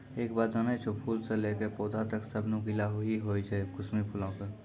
एक बात जानै छौ, फूल स लैकॅ पौधा तक सब नुकीला हीं होय छै कुसमी फूलो के